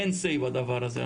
אין "סיי" בדבר הזה.